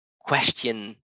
question